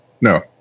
No